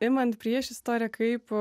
imant priešistorę kaip